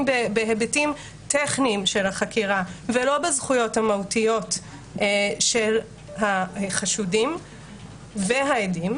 בהיבטים טכניים של החקירה ולא בזכויות מהותיות של החשודים והעדים,